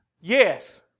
Yes